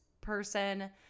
person